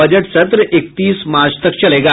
budget सत्र इकतीस मार्च तक चलेगा